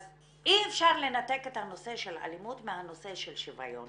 אז אי אפשר לנתק את הנושא של אלימות מהנושא של שוויון